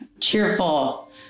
cheerful